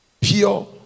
pure